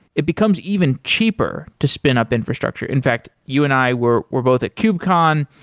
it becomes even cheaper to spin up infrastructure. in fact, you and i were were both at kubecon,